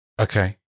Okay